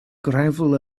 gravel